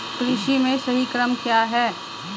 कृषि में सही क्रम क्या है?